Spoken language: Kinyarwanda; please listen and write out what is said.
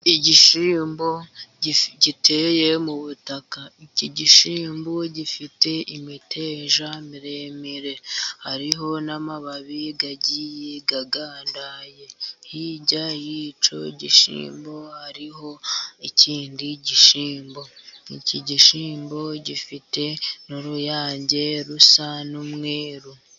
Igishyimbo giteye mu butaka, iki gishyimbo gifite imiteja miremire, hariho n'amababi agiye agandaye. Hirya y'icyo gishyimbo hariho ikindi gishyimbo, iki gishyimbo gifite n'uruyange rusa n'umweru.